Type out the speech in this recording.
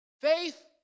Faith